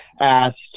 asked